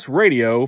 radio